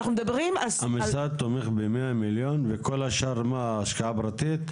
האם המשרד תומך ב-100 מיליון וכל השאר השקעה פרטית?